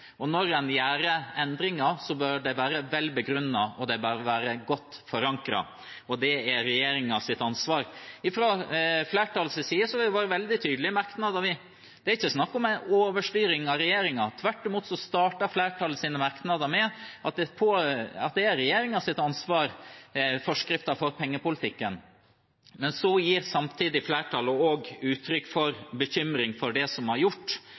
og når en gjør endringer, bør de være vel begrunnet, og de bør være godt forankret. Det er regjeringens ansvar. Fra flertallets side har vi vært veldig tydelig i merknadene. Det er ikke snakk om en overstyring av regjeringen. Tvert imot starter flertallets merknader med at forskriften for pengepolitikken er regjeringens ansvar. Men så gir samtidig flertallet uttrykk for bekymring for det som er gjort,